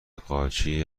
قارچی